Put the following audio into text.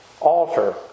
alter